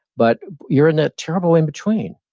but you're in a terrible in-between.